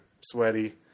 sweaty